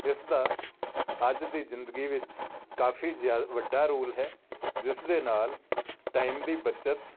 ਜਿਸ ਦਾ ਅੱਜ ਦੀ ਜ਼ਿੰਦਗੀ ਵਿੱਚ ਕਾਫੀ ਜਿਆ ਵੱਡਾ ਰੂਲ ਹੈ ਜਿਸ ਦੇ ਨਾਲ ਟਾਈਮ ਦੀ ਬੱਚਤ